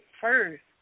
first